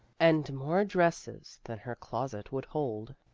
and more dresses than her closet would hold.